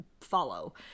follow